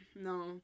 no